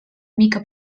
mica